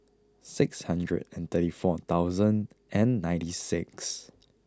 six hundred and thirty four thousand and ninety six